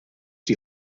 die